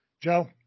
Joe